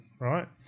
right